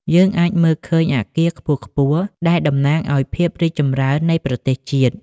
យើងអាចមើលឃើញអគារខ្ពស់ៗដែលតំណាងឱ្យភាពរីកចម្រើននៃប្រទេសជាតិ។